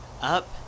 Up